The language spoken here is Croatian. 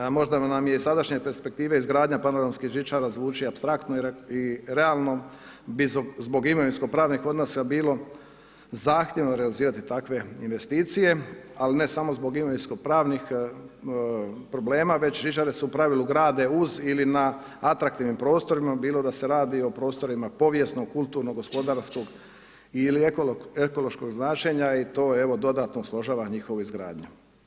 Možda nam je iz sadašnje perspektive izgradnja panoramskih žičara zvuči apstraktno i realno bi zbog imovinsko pravnih odnosa bilo zahtjevno realizirati takve investicije ali ne samo zbog imovinsko pravnih problema već žičare se u pravilu grade uz ili na atraktivnim prostorima bilo da se radi o prostorima povijesnog, kulturnog, gospodarskog ili ekološkog značenja i to evo dodatno ... njihovu izgradnju.